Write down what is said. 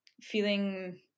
feeling